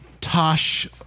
Tosh